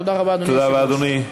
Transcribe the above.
תודה רבה, אדוני היושב-ראש.